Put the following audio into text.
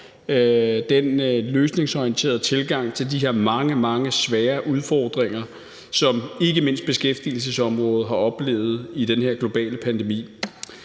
den løsningsorienterede tilgang til de her mange, mange svære udfordringer, som ikke mindst beskæftigelsesområdet har oplevet i den her globale pandemi.